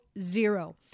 zero